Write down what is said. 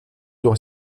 droit